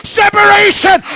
separation